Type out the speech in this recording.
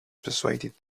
persuaded